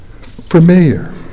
familiar